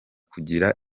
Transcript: kugira